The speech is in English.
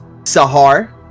Sahar